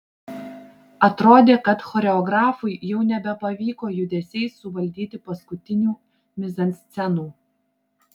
atrodė kad choreografui jau nebepavyko judesiais suvaldyti paskutinių mizanscenų